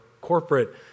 corporate